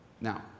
Now